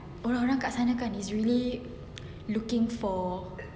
orang-orang kat sana kan is really looking for